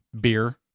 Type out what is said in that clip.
beer